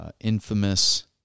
infamous